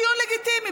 דיון לגיטימי.